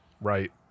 Right